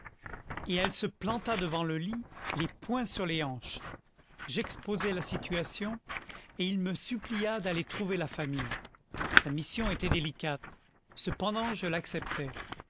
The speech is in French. et elle se planta devant le lit les poings sur les hanches j'exposai la situation et il me supplia d'aller trouver la famille la mission était délicate cependant je l'acceptai